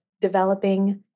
developing